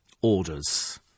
orders